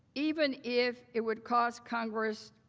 even if it would cost congress,